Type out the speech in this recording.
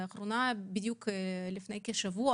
לפני כשבוע